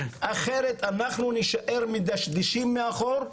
אחרת אנחנו נישאר מדשדשים מאחור.